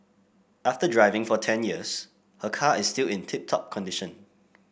after driving for ten years her car is still in tip top condition